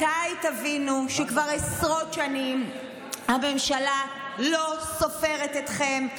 מתי תבינו שכבר עשרות שנים הממשלה לא סופרת אתכם,